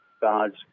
God's